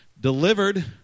delivered